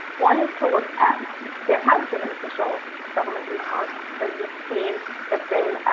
one is to look at, there has been an official government response. so you've seen there've been,